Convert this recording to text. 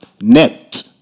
net